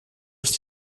ist